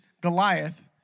Goliath